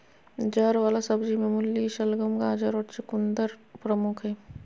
जड़ वला सब्जि में मूली, शलगम, गाजर और चकुंदर प्रमुख हइ